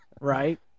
right